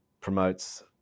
promotes